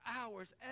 hours